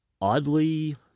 Oddly